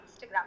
Instagram